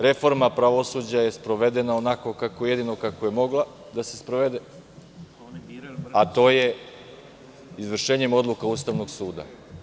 Reforma pravosuđa je sprovedena onako kako je jedino mogla da se sprovede, a to je izvršenjem odluka Ustavnog suda.